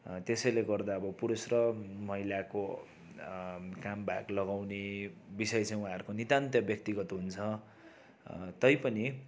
त्यसैले गर्दा अब पुरुष र महिलाको काम भाग लगाउने विषय चाहिँ उहाँहरूको नितान्त व्यक्तिगत हुन्छ तैपनि